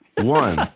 One